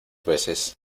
veces